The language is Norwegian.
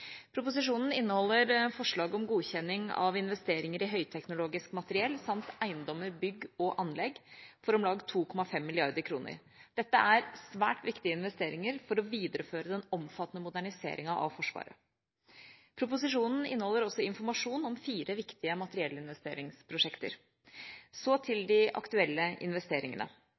Proposisjonen inneholder forslag om godkjenning av investeringer i høyteknologisk materiell samt eiendommer, bygg og anlegg for om lag 2,5 mrd. kr. Dette er svært viktige investeringer for å videreføre den omfattende moderniseringa av Forsvaret. Proposisjonen inneholder også informasjon om fire viktige materiellinvesteringsprosjekter. Så til de aktuelle investeringene.